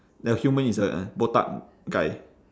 the human is a botak guy